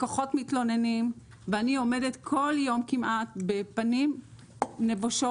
לקוחות מתלוננים ואני עומדת כל יום כמעט בפנים בושות